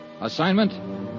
Assignment